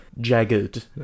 jagged